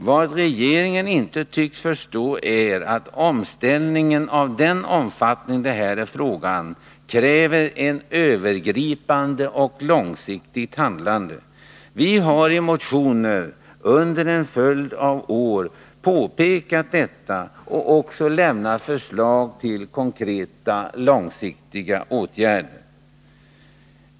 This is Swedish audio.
Vad regeringen inte tycks förstå är att omställningar av den omfattning det här är fråga om kräver ett övergripande och långsiktigt handlande. Vi har i motioner under en följd av år påpekat detta och också lämnat förslag till konkreta och långsiktiga åtgärder.